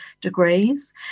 degrees